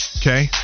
okay